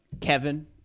Kevin